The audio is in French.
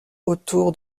autour